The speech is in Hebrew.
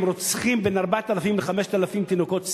רוצחים, בין 4,000 ל-5,000 תינוקות סתם.